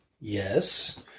Yes